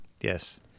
Yes